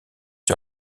sur